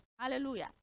Hallelujah